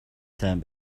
сайн